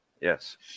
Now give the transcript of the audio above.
Yes